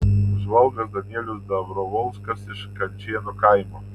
žvalgas danielius dabrovolskas iš kančėnų kaimo